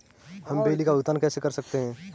हम बिजली के बिल का भुगतान कैसे कर सकते हैं?